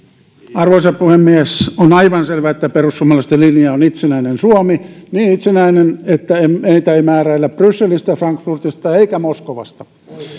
arvoisa puhemies on aivan selvää että perussuomalaisten linja on itsenäinen suomi niin itsenäinen että meitä ei määräillä brysselistä frankfurtista eikä moskovasta